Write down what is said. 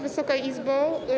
Wysoka Izbo!